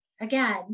again